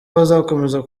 bazakomeza